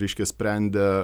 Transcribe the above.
reiškia sprendė